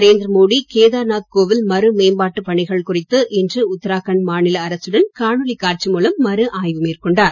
நரேந்திர மோடி கேதார்நாத் கோவில் மறு மேம்பாட்டுப் பணிகள் குறித்து இன்று உத்தராகண்ட் மாநில அரசுடன் காணொளி காட்சி மூலம் மறு ஆய்வு மேற்கொண்டார்